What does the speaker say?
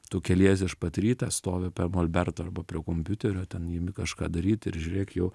tu keliesi iš pat ryto stovi prie molberto arba prie kompiuterio ten imi kažką daryt ir žiūrėk jau